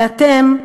ואתם,